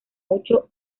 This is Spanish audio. mucho